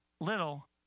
little